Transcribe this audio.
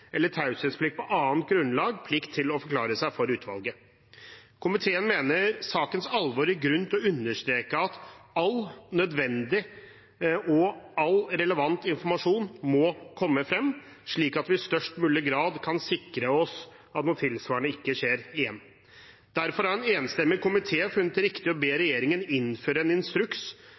eller taushetsplikt på annet grunnlag, plikt til å forklare seg for utvalget. Komiteen mener sakens alvor gir grunn til å understreke at all nødvendig og all relevant informasjon må komme frem, slik at vi i størst mulig grad kan sikre oss at noe tilsvarende ikke skjer igjen. Derfor har en enstemmig komité funnet det riktig å be regjeringen innføre en instruks